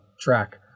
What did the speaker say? track